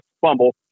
fumble